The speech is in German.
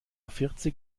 vierzig